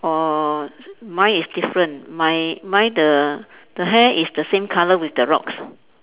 orh mine is different my mine the the hair is the same colour with the rocks